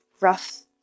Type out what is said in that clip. rough